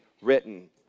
written